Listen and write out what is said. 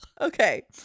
okay